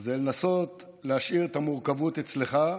זה לנסות להשאיר את המורכבות אצלך,